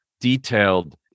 detailed